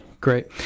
Great